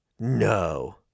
No